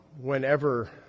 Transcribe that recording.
whenever